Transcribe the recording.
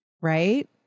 right